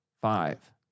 five